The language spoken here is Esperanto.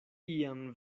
iam